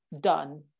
done